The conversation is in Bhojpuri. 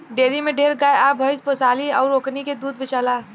डेरी में ढेरे गाय आ भइस पोसाली अउर ओकनी के दूध बेचाला